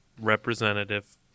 Representative